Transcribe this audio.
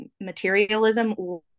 materialism